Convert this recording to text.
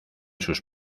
sus